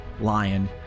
lion